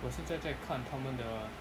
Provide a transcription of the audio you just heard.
我现在在看他们的